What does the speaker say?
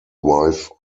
wife